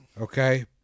Okay